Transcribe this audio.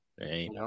Right